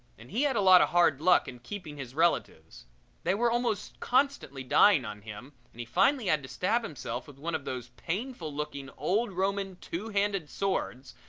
and he had a lot of hard luck in keeping his relatives they were almost constantly dying on him and he finally had to stab himself with one of those painful-looking old roman two-handed swords,